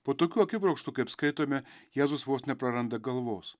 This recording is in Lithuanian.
po tokių akibrokštų kaip skaitome jėzus vos nepraranda galvos